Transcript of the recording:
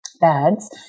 beds